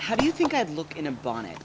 how do you think i'd look in a bonnet